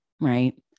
right